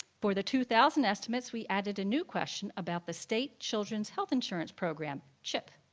for the two thousand estimates we added a new question about the state children's health insurance program, chip.